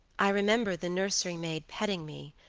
i remember the nursery maid petting me,